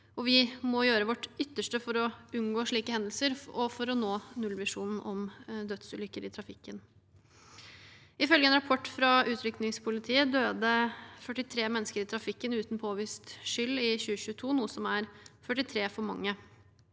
Vi må gjøre vårt ytterste for å unngå slike hendelser og for å nå nullvisjonen om dødsulykker i trafikken. Ifølge en rapport fra Utrykningspolitiet døde 43 mennesker i trafikken, uten påvist skyld, i 2022, noe som er 43 for mange.